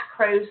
macros